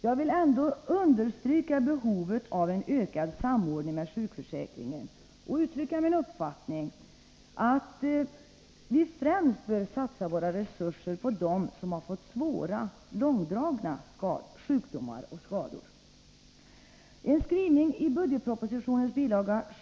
Jag vill ändå understryka behovet av en ökad samordning med sjukförsäkringen och uttrycka min uppfattning att vi bör satsa våra resurser främst på dem som fått svåra, långdragna sjukdomar och skador. En skrivning i budgetpropositionens bil.